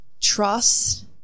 trust